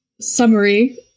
summary